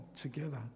together